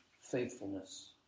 faithfulness